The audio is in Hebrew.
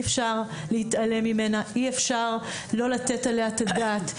אפשר להתעלם ממנה ואי אפשר לא לתת עליה את הדעת.